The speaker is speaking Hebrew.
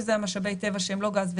שזה משאבי הטבע שהם לא גז ונפט,